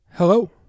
Hello